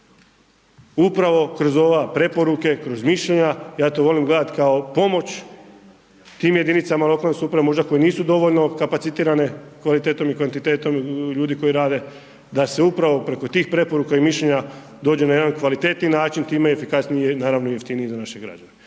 upravo kroz ova preporuke, kroz mišljenja, ja to volim gledat kao pomoć tim jedinicama lokalne samouprave, možda koje nisu dovoljno kapacitirane kvalitetom i kvantitetom ljudi koji rade se upravo preko tih preporuka i mišljenja dođe na jedan kvalitetniji način time efikasnije naravno jeftinije i naravno